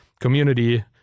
community